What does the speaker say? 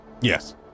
Yes